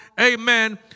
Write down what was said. Amen